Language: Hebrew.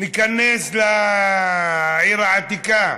ניכנס לעיר העתיקה: